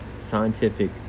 scientific